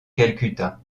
calcutta